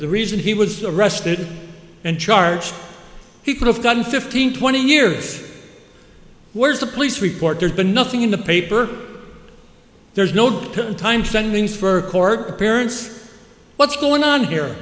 the reason he was arrested and charged he could have gotten fifteen twenty years where's the police report there's been nothing in the paper there's no down time standings for court appearance what's going on here